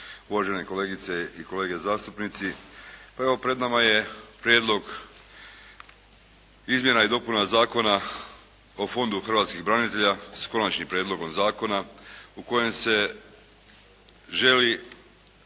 uvažene kolegice i kolege zastupnici. Evo pred nama je Prijedlog izmjena i dopuna Zakona o Fondu hrvatskih branitelja, s Konačnim prijedlogom zakona u kojem se želi uskladiti zakonodavstvo